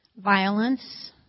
violence